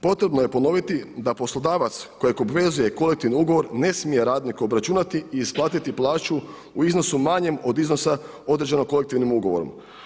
Potrebno je ponoviti da poslodavac kojeg obvezuje kolektivni ugovor ne smije radniku obračunati i isplatiti plaću u iznosu manjem od iznosa određenog kolektivnim ugovorom.